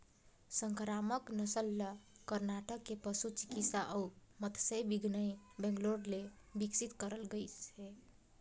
संकरामक नसल ल करनाटक के पसु चिकित्सा अउ मत्स्य बिग्यान बैंगलोर ले बिकसित करल गइसे